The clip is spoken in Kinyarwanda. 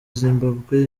zimbabwe